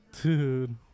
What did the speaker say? Dude